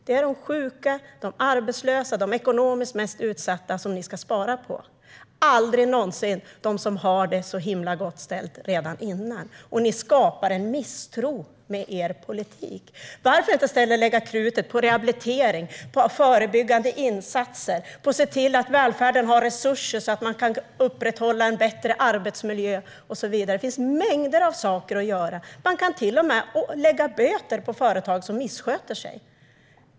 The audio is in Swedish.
Det är de sjuka, de arbetslösa och de ekonomiskt mest utsatta som ni ska spara på, aldrig någonsin på dem som redan har det himla gott ställt. Ni skapar en misstro med er politik. Varför inte i stället lägga krutet på rehabilitering, på förebyggande insatser och på att se till att välfärden har resurser så att man kan upprätthålla en bättre arbetsmiljö och så vidare? Det finns mängder av saker att göra. Man kan till och med ålägga företag som missköter sig böter.